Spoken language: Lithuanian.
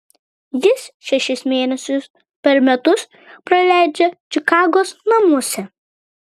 jis šešis mėnesius per metus praleidžia čikagos namuose